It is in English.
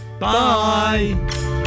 Bye